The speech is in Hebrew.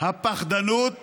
הפחדנות לומר,